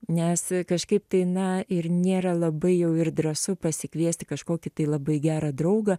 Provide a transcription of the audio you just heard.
nes kažkaip tai na ir nėra labai jau ir drąsu pasikviesti kažkokį tai labai gerą draugą